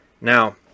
Now